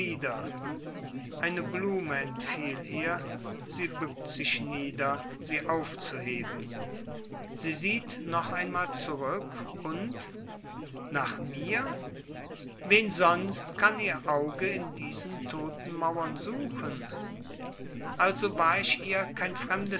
eine blume entfiel ihr sie bückt sich nieder sie aufzuheben sie sieht noch einmal zurück und nach mir wen sonst kann ihr auge in diesen toten mauern suchen also war ich ihr kein fremdes